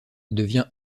devient